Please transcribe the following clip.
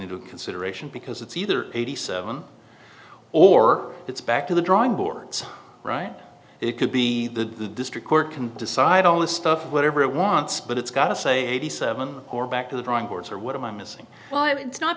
into consideration because it's either eighty seven or it's back to the drawing boards right it could be the district court can decide all this stuff whatever it wants but it's got a say eighty seven or back to the drawing boards or what am i missing why it's not